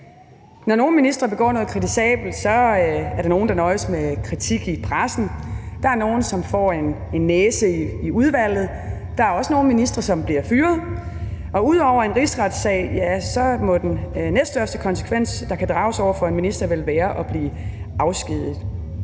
Når ministre begår noget kritisabelt, er der nogle, der nøjes med kritik i pressen. Der er nogle, som får en næse i udvalget. Der er også nogle ministre, som bliver fyret, og ud over en rigsretssag, ja, så må den næststørste konsekvens, der kan drages over for en minister, vel være at blive afskediget.